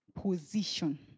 position